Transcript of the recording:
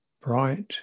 bright